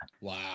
Wow